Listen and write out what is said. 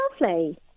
lovely